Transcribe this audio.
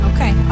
Okay